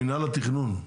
מינהל התכנון.